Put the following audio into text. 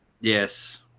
yes